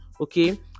okay